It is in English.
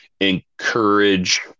encourage